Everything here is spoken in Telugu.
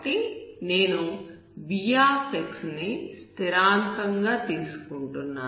కాబట్టి నేను v ని స్థిరాంకంగా తీసుకుంటున్నాను